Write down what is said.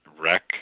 wreck